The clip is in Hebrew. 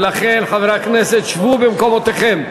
ולכן, חברי הכנסת, שבו במקומותיכם.